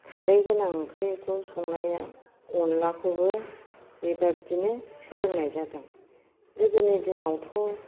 खारै गोनां ओंख्रिखौ संनाया अनलाखौबो बेबायदिनो सोलोंनाय जादों गोदोनि दिनावथ'